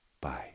bye